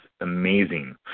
amazing